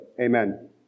amen